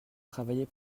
travailler